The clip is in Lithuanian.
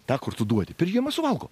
tą kur tu duodi per žiemą suvalgo